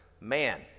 Man